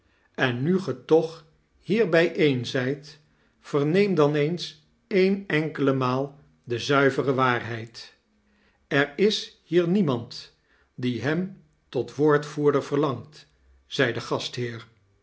en nu ge toch hier bijeen zijt verneem dan eens een eaikele maal de zuivere waarheid er is hier niemand die hem tot woordvoerder verlangt zei de gastheer